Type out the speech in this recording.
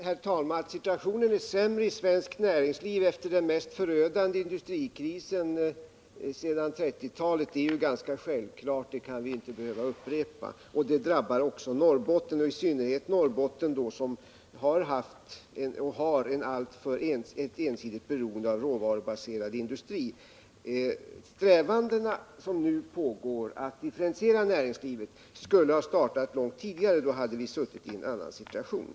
Herr talman! Att situationen är sämre i svenskt näringsliv efter den mest förödande industrikrisen sedan 1930-talet är ganska självklart — det kan vi inte behöva upprepa. Det drabbar naturligtvis i synnerhet Norrbotten, som har haft och har ett ensidigt beroende av råvarubaserad industri. De strävanden som nu pågår att differentiera näringslivet skulle ha startat långt tidigare. Då hade vi suttit i en annan situation.